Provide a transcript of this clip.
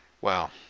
Wow